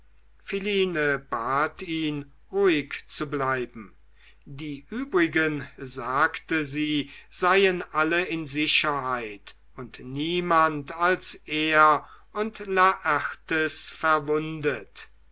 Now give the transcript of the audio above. bat ihn ruhig zu bleiben die übrigen sagte sie seien alle in sicherheit und niemand als er und laertes verwundet